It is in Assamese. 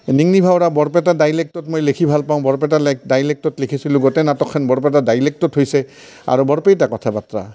নিঙনি ভাওৰা বৰপেটা ডাইলেক্টত মই লিখি ভাল পাওঁ বৰপেটা ডাইলেক্টত লিখিছিলোঁ গোটেই নাটকখন বৰপেটা ডাইলেক্টত হৈছে আৰু বৰপেটা কথা বতৰা